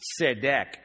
Sedek